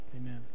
amen